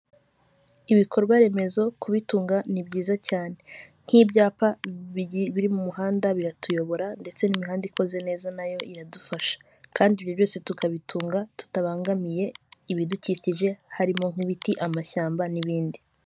Ibikorwaremezo kubitunga ni byiza cyane nk'ibyapa biri mu muhanda biratuyobora ndetse n'imihanda ikoze neza nayo iradufasha kandi ibi byose tukabitunga tutabangamiye ibidukikije harimo nk'ibiti, amashyamba n'ibindi.